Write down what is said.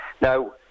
Now